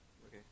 Okay